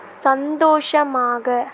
சந்தோஷமாக